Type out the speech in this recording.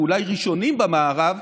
ואולי ראשונים במערב,